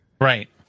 Right